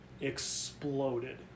exploded